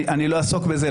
אני לא אעסוק בזה,